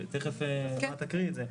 תכף נעה תקריא את זה,